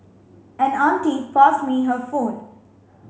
an auntie passed me her phone